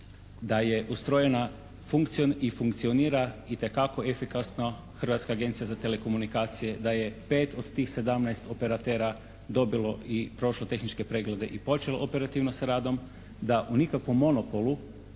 da je ustrojena i funkcionira itekako efikasno Hrvatska agencija za telekomunikacije, da je pet od tih 17 operatera dobilo i prošlo tehničke preglede i počelo operativno sa radom, da o nikakvom monopolu